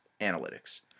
analytics